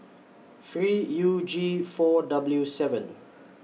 three U G four W seven